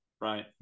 right